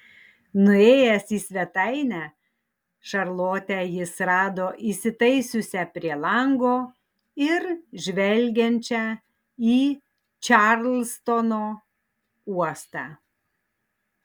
nuėjęs į svetainę šarlotę jis rado įsitaisiusią prie lango ir žvelgiančią į čarlstono uostą